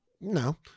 no